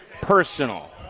personal